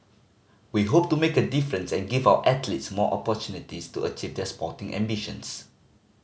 we hope to make a difference and give our athletes more opportunities to achieve their sporting ambitions